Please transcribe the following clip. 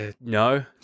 No